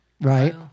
right